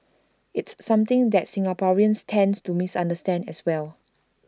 it's something that Singaporeans tends to misunderstand as well